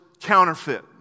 counterfeit